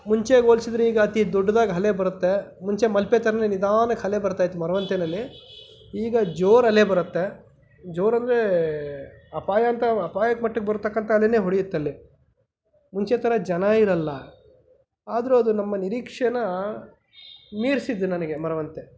ಮುಂಚೆಗೆ ಹೋಲಿಸಿದ್ರೆ ಈಗ ಅತಿ ದೊಡ್ದಾಗಿ ಅಲೆ ಬರುತ್ತೆ ಮುಂಚೆ ಮಲ್ಪೆ ಥರನೇ ನಿಧಾನಕ್ಕೆ ಅಲೆ ಬರ್ತಾಯಿತ್ತು ಮರವಂತೆಯಲ್ಲಿ ಈಗ ಜೋರು ಅಲೆ ಬರುತ್ತೆ ಜೋರು ಅಂದರೆ ಅಪಾಯಂತ ಅಪಾಯದ ಮಟ್ಟಿಗೆ ಬರ್ತಕ್ಕಂಥ ಅಲೆನೆ ಹೊಡೆಯುತ್ತಲ್ಲಿ ಮುಂಚೆ ಥರ ಜನ ಇರಲ್ಲ ಆದರೂ ಅದು ನಮ್ಮ ನಿರಿಕ್ಷೇನ ಮೀರ್ಸಿದ ನನಗೆ ಮರವಂತೆ